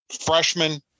Freshman